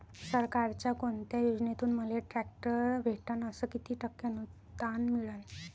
सरकारच्या कोनत्या योजनेतून मले ट्रॅक्टर भेटन अस किती टक्के अनुदान मिळन?